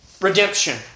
redemption